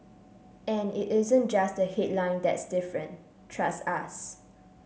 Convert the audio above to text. and it isn't just the headline that's different trust us